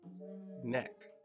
neck